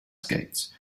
skates